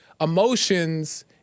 Emotions